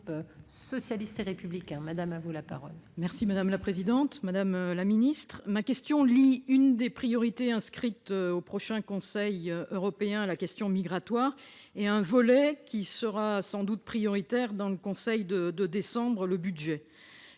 Mme Laurence Harribey. Madame la ministre, ma question lie l'une des priorités inscrites au prochain Conseil européen, la question migratoire, et un volet qui sera sans doute prioritaire dans le Conseil européen du mois de décembre, le budget.